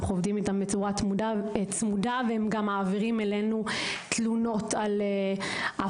אנחנו עובדים איתם באופן צמוד והם גם מעבירים אלינו תלונות על הפרות,